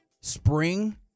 spring